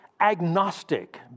agnostic